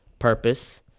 Purpose